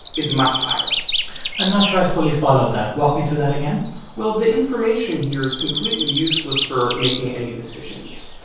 is much higher i'm not sure i fully followed that. walk me through that again well, the information here is completely useless for making any decisions.